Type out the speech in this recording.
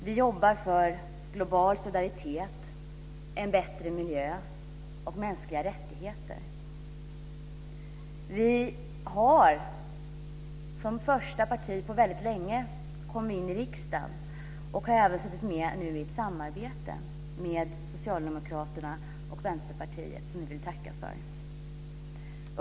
Vi jobbar för global solidaritet, en bättre miljö och mänskliga rättigheter. Som första parti på väldigt länge kom vi in i riksdagen och har nu deltagit i ett samarbete med Socialdemokraterna och Vänsterpartiet, och det vill vi tacka för.